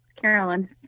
carolyn